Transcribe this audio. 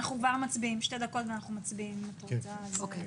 זה לא משנה אם אנחנו כותבים את זה גם ב-4 באוקטובר.